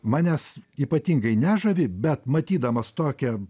manęs ypatingai nežavi bet matydamas tokią